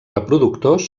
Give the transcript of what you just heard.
reproductors